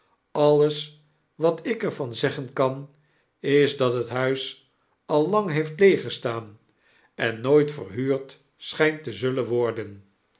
alles wat ik er van zeggen kan is dat het huis al lang heeft leeggestaan en nooit verhuurd schynt te zullen worden